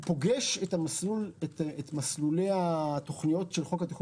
הוא פוגש את מסלולי התוכניות של חוק התכנון